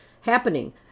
happening